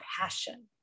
passion